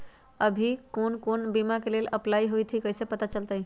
अभी कौन कौन बीमा के लेल अपलाइ होईत हई ई कईसे पता चलतई?